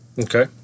okay